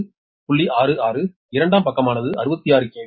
66 இரண்டாம் பக்கமானது 66 கே